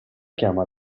chiama